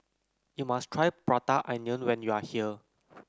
you must try Prata Onion when you are here